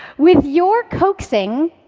with your coaxing,